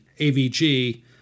AVG